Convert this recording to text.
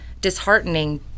disheartening